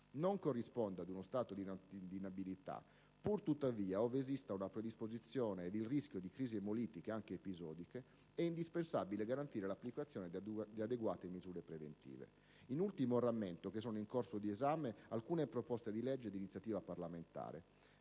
non corrisponde ad uno stato di inabilità, pur tuttavia, ove esistono una predisposizione e il rischio di crisi emolitiche anche episodiche, è indispensabile garantire l'applicazione di adeguate misure preventive. In ultimo, rammento che sono in corso di esame alcune proposte di legge di iniziativa parlamentare: